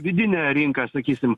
vidinę rinką sakysim